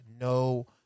no